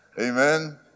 Amen